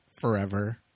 forever